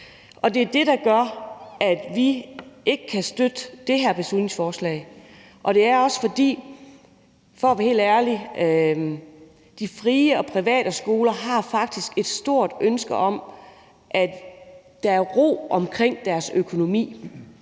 Det er det, der gør, at vi ikke kan støtte det her beslutningsforslag. Det er også – for at være helt ærlig – fordi de frie og private skoler faktisk har et stort ønske om, at der er ro omkring deres økonomi.